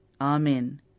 Amen